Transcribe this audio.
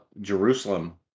Jerusalem